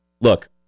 Look